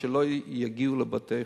שלא יגיעו לבתי-חולים.